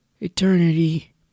Eternity